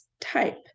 type